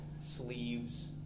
sleeves